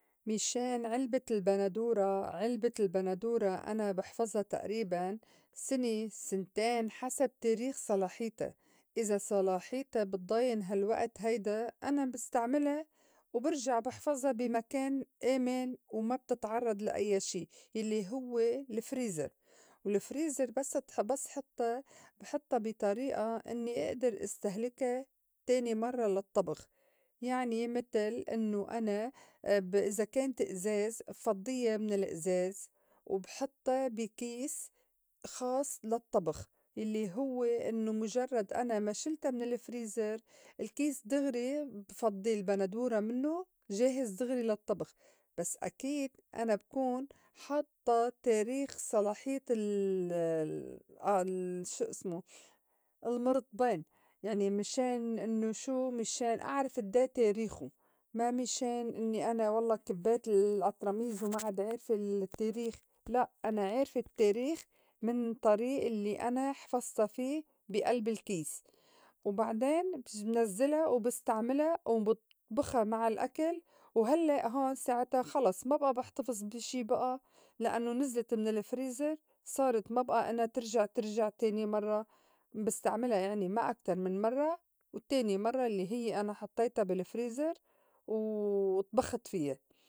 مِشان علبة البندورة علبة البندورة أنا بِحفظا تئريباً سنة سنتين حسب تاريخ صلاحيتا إذا صلاحيتا بتضاين هالوئت هيدا أنا بستعملا وبرجع بحفظا بي مكان آمن وما بتتعرّض لأيّا شي يلّي هوّ الفريزَر والفريزَر بس تح- بس حطّا بحطّا بي طريئة إنّي إئدِر إستهلكا تاني مرّة للطّبخ. يعني متل إنّو أنا ب إذا كانت أزاز بفضّيا من الئزاز وبحطّا بي كيس خاص للطّبخ يلّي هوّ إنّو مُجرّد أنا ما شِلتا من الفريزَر الكيس دغري بفضّي البندورة منّو جاهز دغري للطّبخ بس أكيد أنا بكون حاطّة تاريخ صلاحيّة ال- ال- شو إسمو المِرطْبان يعني مِشان إنّو شو مشان أعرف أدّي تاريخو ما مِشان إنّي أنا والله كبّيت الأطرميز وما عاد عارفة التّاريخ لأ أنا عارفة التّاريخ من الطريئ الّي أنا حفظتا في بي ألب الكيس وبعدين بنزّلا وبسْتعملا وبطبُخا مع الأكل وهلّئ هون ساعتا خلص ما بئى بحتفظ بي شي بئى لأنّو نِزْلت من الفريزر صارت ما بئى إنّا ترجع ترجع تاني مرّة بستعملا يعني ما أكتر من مرّة وتّاني مرّة الّي هيّ أنا حطيتا بالفريزر و طْبخت فيا.